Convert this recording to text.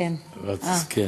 השאר